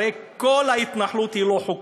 הרי כל ההתנחלות היא לא חוקית,